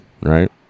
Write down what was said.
right